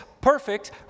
perfect